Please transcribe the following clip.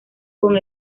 con